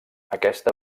aquesta